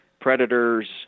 predators